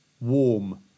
warm